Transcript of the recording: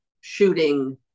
shooting